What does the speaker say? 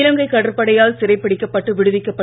இலங்கை கடற்படையால் சிறைப்பிடிக்கப்பட்டு விடுவிக்கப்பட்ட